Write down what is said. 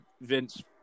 Vince